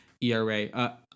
ERA